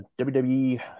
WWE